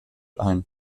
ein